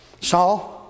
Saul